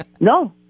No